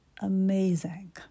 Amazing